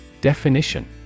Definition